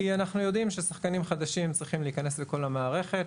כי אנחנו יודעים ששחקנים חדשים צריכים להיכנס לכל המערכת.